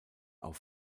auch